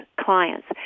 clients